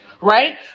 right